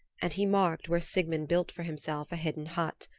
and he marked where sigmund built for himself a hidden hut.